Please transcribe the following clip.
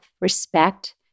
respect